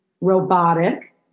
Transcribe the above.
robotic